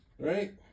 Right